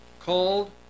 called